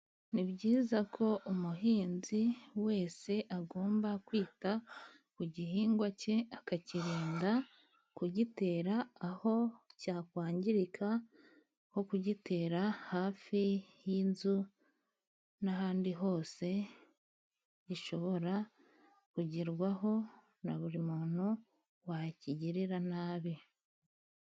Ni byiza ko umuhinzi wese agomba kwita ku gihingwa cye akakirinda kugitera aho cyakwangirika, nko kugitera hafi y'inzu n'ahandi hose gishobora kugerwaho na buri muntu wakigirira nabi.